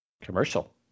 Commercial